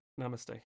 Namaste